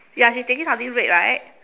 ya he's taking something red right